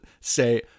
say